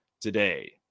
today